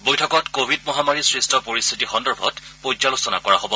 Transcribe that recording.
বৈঠকত কোৱিড মহামাৰীৰ সৃষ্ট পৰিস্থিতি সন্দৰ্ভত পৰ্যালোচনা কৰা হ'ব